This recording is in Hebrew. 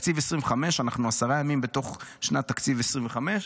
תקציב 2025. אנחנו עשרה ימים בתוך שנת תקציב 2025,